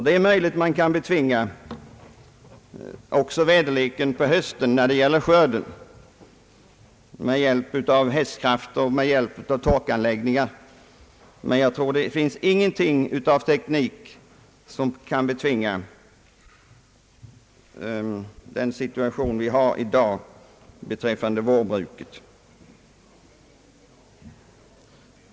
Det är möjligt att man kan upphäva verkningarna av en dålig väderlek under skördetiden med hjälp av hästkrafter , med torkanläggningar och dylikt, men jag tror inte att det är tekniskt möjligt att betvinga den situation vii dag har beträffande vårbruket.